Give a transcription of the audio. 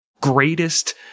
greatest